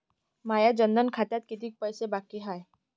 माया जनधन खात्यात कितीक पैसे बाकी हाय?